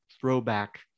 throwback